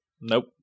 nope